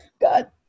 God